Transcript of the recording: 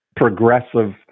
progressive